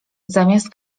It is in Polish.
zamiast